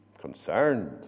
concerned